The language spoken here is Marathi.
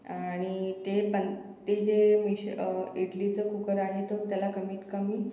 आणि ते पण ते जे मिश इडलीचं कुकर आहे तर त्याला कमीत कमी